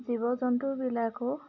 জীৱ জন্তুবিলাকো